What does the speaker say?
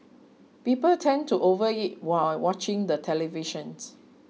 people tend to overeat while watching the television